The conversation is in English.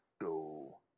Go